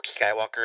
Skywalker